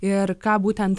ir ką būtent